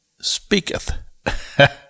speaketh